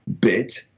bit